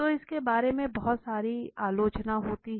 तो इसके बारे में बहुत सारी आलोचना होती है